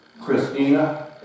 Christina